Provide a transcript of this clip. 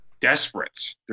Desperate